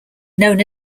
known